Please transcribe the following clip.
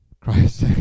christ